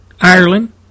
Ireland